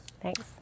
thanks